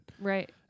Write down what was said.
right